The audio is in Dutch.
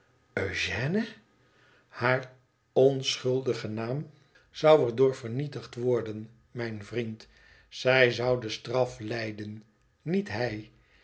eugène haar onschuldige naam zou er door vernietigd worden mijn vriend zij zou de straf lijden niet hij